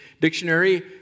Dictionary